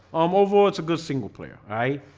um overall. it's a good singleplayer, right?